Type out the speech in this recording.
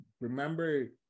remember